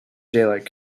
daylight